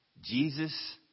Jesus